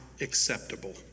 acceptable